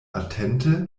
atente